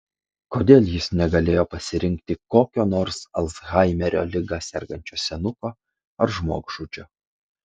kodėl jis negalėjo pasirinkti kokio nors alzhaimerio liga sergančio senuko ar žmogžudžio